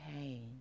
pain